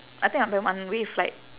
I think like that one way flight